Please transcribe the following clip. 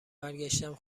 برگشتم